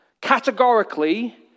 Categorically